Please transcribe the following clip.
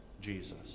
Jesus